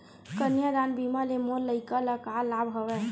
कन्यादान बीमा ले मोर लइका ल का लाभ हवय?